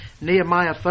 Nehemiah